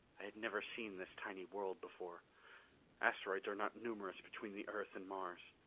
i had never seen this tiny world before asteroids are not numerous between the earth and mars,